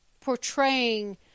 portraying